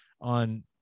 on